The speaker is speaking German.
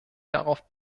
darauf